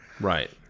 Right